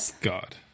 God